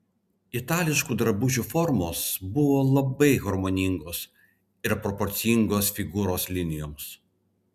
itališkų drabužių formos buvo labai harmoningos ir proporcingos figūros linijoms